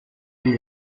amb